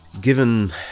Given